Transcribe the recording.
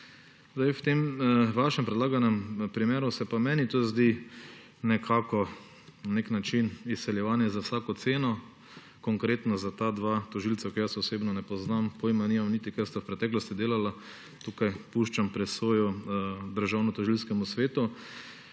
V tem vašem predlaganem primeru pa se meni tudi zdi na nek način izsiljevanje za vsako ceno, konkretno za ta dva tožilca, ki ju osebno ne poznam, pojma nimam niti, kaj sta v preteklosti delala. Tukaj puščam presojo Državnotožilskemu svetu,